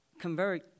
convert